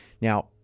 Now